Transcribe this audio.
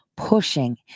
pushing